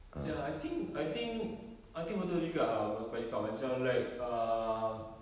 ya I think I think I think betul juga ah apa yang kau cakap macam like um